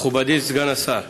מכובדי סגן השר,